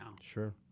sure